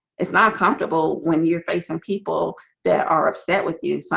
it's not comfortable when you're facing people that are upset with you.